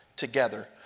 together